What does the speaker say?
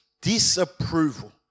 disapproval